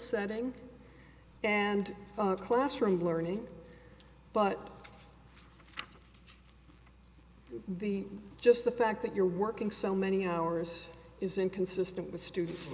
setting and classroom learning but it's just the fact that you're working so many hours is inconsistent with students